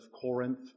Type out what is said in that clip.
Corinth